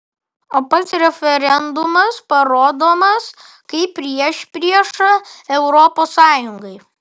o pats referendumas parodomas kaip priešprieša europos sąjungai